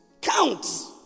counts